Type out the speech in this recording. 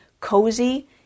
cozy